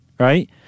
Right